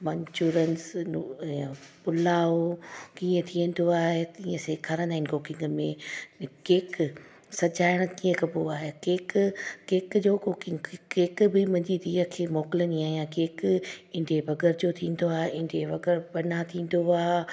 मंचुरंस नू इहो पुलाव कीअं थियंदो आहे तीअं सेखारींदा आहिनि कूकीग में ने केक सजाइणु कीअं कबो आहे केक केक जो कूकींग कि केक बि मुंहिंजी धीअ खे मोकिलींदी आहियां केक इंडिए बगर जो थींदो आहे इंडिए बगर बना थींदो आहे